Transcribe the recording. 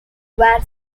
were